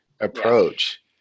Approach